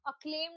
acclaimed